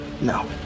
No